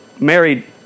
married